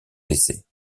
décès